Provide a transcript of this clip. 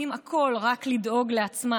מה נראה לכם, שהערבים ייעלמו מכאן?